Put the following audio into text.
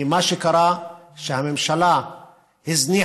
כי מה שקרה זה שהממשלה הזניחה,